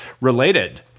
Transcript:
related